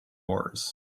oars